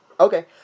Okay